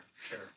sure